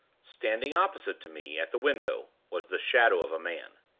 standing opposite to me at the window was the shadow of a man.